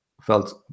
felt